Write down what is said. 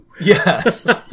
Yes